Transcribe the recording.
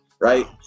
right